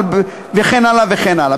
וכן הלאה וכן הלאה.